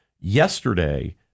yesterday